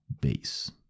base